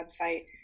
website